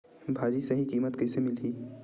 भाजी सही कीमत कइसे मिलही?